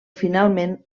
finalment